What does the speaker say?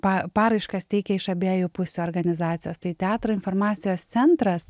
pa paraiškas teikia iš abiejų pusių organizacijos tai teatro informacijos centras